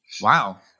Wow